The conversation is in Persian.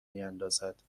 میاندازد